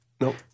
Nope